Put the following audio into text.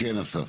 כן אסף?